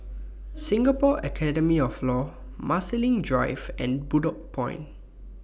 Singapore Academy of law Marsiling Drive and Bedok Point